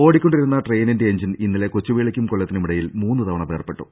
ഓടിക്കൊണ്ടിരുന്ന ട്രെയിനിന്റെ എഞ്ചിൻ ഇന്നലെ കൊച്ചുവേളിയ്ക്കും കൊല്ലത്തിനുമിടയിൽ മൂന്നുതവണ വേർപെട്ടു